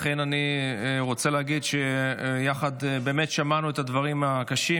אכן אני רוצה לומר שיחד שמענו את הדברים הקשים,